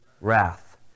wrath